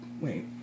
Wait